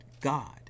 God